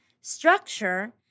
structure